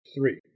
three